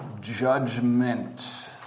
Judgment